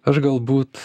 aš galbūt